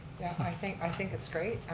i think i think it's great.